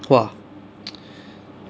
!wah!